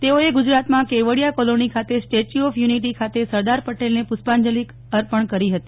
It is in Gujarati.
તેઓએ ગુજરાતમાં કેવડિયા કોલોની ખાતે સ્ટેચ્યુ ઓફ યુનિટી ખાતે સરદાર પટેલને પુષ્પાંજલી કરી હતી